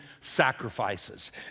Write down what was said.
sacrifices